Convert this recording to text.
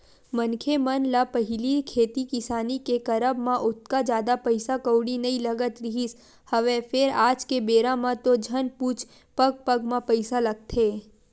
मनखे मन ल पहिली खेती किसानी के करब म ओतका जादा पइसा कउड़ी नइ लगत रिहिस हवय फेर आज के बेरा म तो झन पुछ पग पग म पइसा लगथे